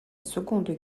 seconde